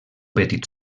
petit